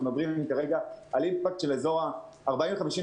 אנחנו מדברים על אימפקט של בערך 50-40